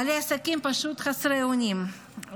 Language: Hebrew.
בעלי עסקים פשוט חסרי אונים.